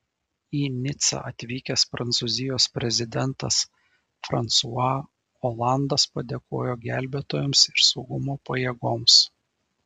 į nicą atvykęs prancūzijos prezidentas fransua olandas padėkojo gelbėtojams ir saugumo pajėgoms